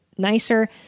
Nicer